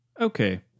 Okay